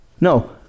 No